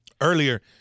earlier